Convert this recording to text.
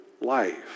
life